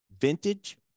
vintage